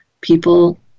People